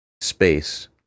space